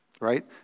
right